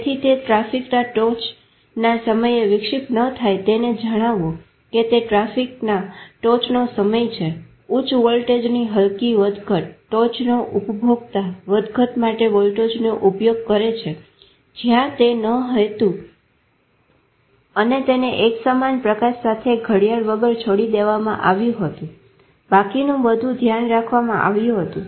તેથી તે ટ્રાફિકના ટોચના સમયે વિક્ષેપિત ન થાય તેને જણાવો કે તે ટ્રાફિકના ટોચનો સમય છે ઉચ્ચ વોલ્ટેજની હલકી વધઘટ ટોચનો ઉપભોક્તા વધઘટ માટે વોલ્ટેજનો ઉપયોગ કરે છે જ્યાં તે ન હતું અને તેને એકસમાન પ્રકાશ સાથે ઘડિયાળ વગર છોડી દેવામાં આવ્યુ હતું બાકીનું બધું ધ્યાન રાખવામાં આવ્યું હતું